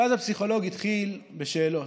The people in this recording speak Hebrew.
ואז הפסיכולוג התחיל בשאלות: